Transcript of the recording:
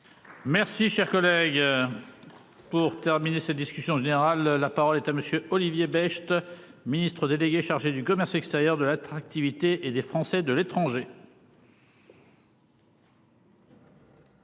Merci cher collègue. Pour terminer cette discussion générale. La parole est à monsieur Olivier Becht, Ministre délégué chargé du commerce extérieur de l'attractivité et des Français de l'étranger.